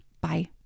Bye